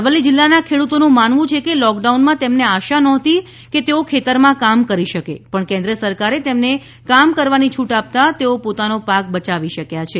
અરવલ્લી જિલ્લાના ખેડૂતોનું માનવું છે કે લોકડાઉનમાં તેમને આશા નહોતી કે તેઓ ખેતરમાં કામ કરી શકે પણ કેન્દ્ર સરકારે તેમને કામ કરવાની છૂટ આપતા તેઓ પોતાનો પાક બચાવી શક્યા છે